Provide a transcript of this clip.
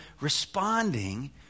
responding